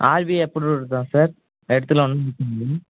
RBI approved தான் sir எடுத்துக்கலாம் ஒன்னும் பிரச்சினை இல்லை